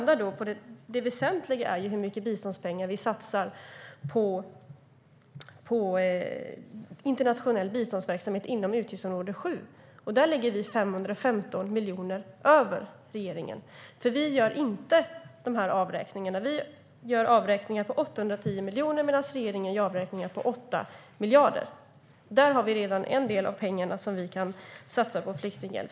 Det väsentliga är ju hur mycket biståndspengar som vi satsar på internationell biståndsverksamhet inom utgiftsområde 7. Där ligger vi 515 miljoner över regeringen. Vi gör inte dessa avräkningar. Vi gör avräkningar på 810 miljoner medan regeringen gör avräkningar på 8 miljarder. Där finns en del av pengarna som vi kan satsa på flyktingar.